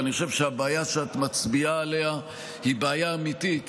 ואני חושב שהבעיה שאת מצביעה עליה היא בעיה אמיתית.